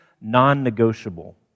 non-negotiable